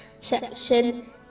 section